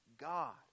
God